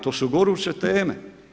To su goruće teme.